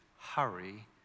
hurry